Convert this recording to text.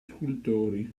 scultori